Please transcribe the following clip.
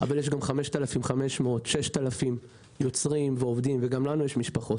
אבל יש גם 6,000-5,500 יוצרים ועובדים וגם לנו יש משפחות